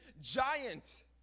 giant